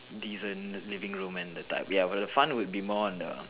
decent living room and the type but the fun would be more on the